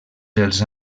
dels